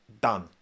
done